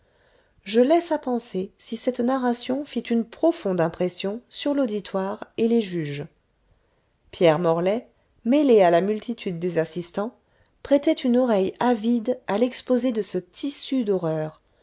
je laisse à penser si cette narration fit une profonde impression sur l'auditoire et les juges pierre morlaix mêlé à la multitude des assistants prêtait une oreille avide à l'exposé de ce tissu d'horreurs